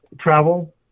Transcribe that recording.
travel